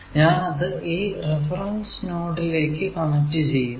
ഞാൻ അത് ഈ റഫറൻസ് നോഡിലേക്കു കണക്ട് ചെയ്യുന്നു